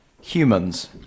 Humans